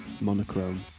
Monochrome